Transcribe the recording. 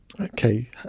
Okay